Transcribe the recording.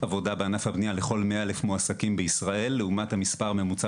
עבודה בענף הבנייה לכל 100,000 מועסקים בישראל לעומת המספר הממוצע